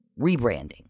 rebranding